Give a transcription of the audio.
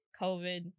COVID